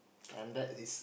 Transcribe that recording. and that is